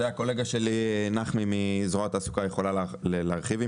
זה הקולגה שלי נחמי מזרוע התעסוקה יכולה להרחיב.